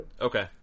Okay